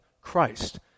Christ